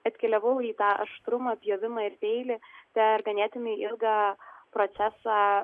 atkeliavau į tą aštrumą pjovimą ir peilį per ganėtinai ilgą procesą